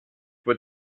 wird